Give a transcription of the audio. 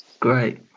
Great